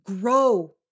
Grow